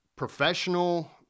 professional